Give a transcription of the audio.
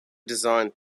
designed